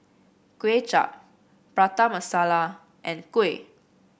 Kuay Chap Prata Masala and Kuih